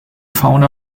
fauna